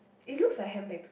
it looks like handbag